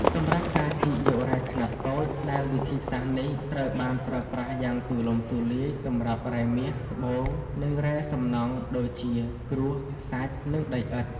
សម្រាប់ការជីកយករ៉ែខ្នាតតូច ដែលវិធីសាស្ត្រនេះត្រូវបានប្រើប្រាស់យ៉ាងទូលំទូលាយសម្រាប់រ៉ែមាស ត្បូង និងរ៉ែសំណង់ដូចជា ក្រួស ខ្សាច់ និងដីឥដ្ឋ។